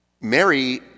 Mary